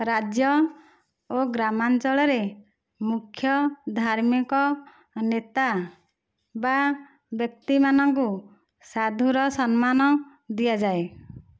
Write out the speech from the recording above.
ରାଜ୍ୟ ଓ ଗ୍ରାମାଞ୍ଚଳରେ ମୁଖ୍ୟ ଧାର୍ମିକ ଓ ନେତା ବ୍ୟକ୍ତି ମାନଙ୍କୁ ସାଧୁର ସମ୍ମାନ ଦିଆଯାଏ